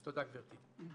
תודה, גבירתי.